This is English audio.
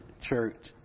church